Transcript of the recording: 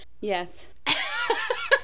yes